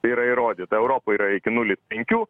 tai yra įrodyta europoj yra iki nulis penkių